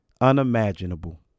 unimaginable